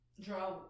draw